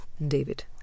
David